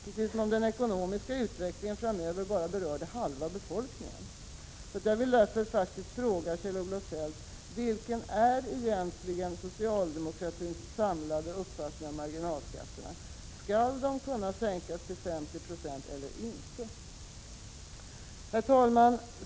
Precis som om den ekonomiska utvecklingen framöver bara berörde halva befolkningen. Jag vill faktiskt fråga Kjell-Olof Feldt: Vilken är egentligen socialdemokratins samlade uppfattning om marginalskatterna? Skall de sänkas till 50 92 eller inte? Herr talman!